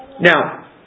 Now